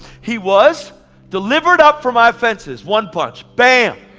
he was delivered up for my offenses. one punch, bam.